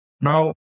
Now